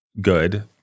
good